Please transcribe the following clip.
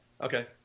Okay